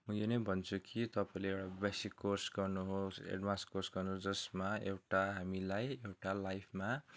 म यो नै भन्छु कि तपाईँले एउटा बेसिक कोर्स गर्नुहोस् एडभान्स कोर्स गर्नुहोस् जसमा एउटा हामीलाई एउटा लाइफमा